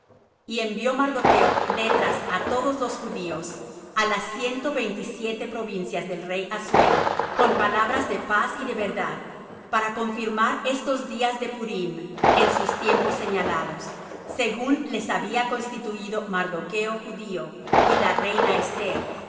y envió mardocho letras á todos los judíos á las ciento veintisiete provincias del rey assuero con palabras de paz y de verdad para confirmar estos días de purim en sus tiempos señalados según les había constituído mardocho judío y la reina esther